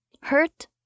Hurt